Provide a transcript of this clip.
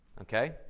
Okay